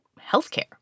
healthcare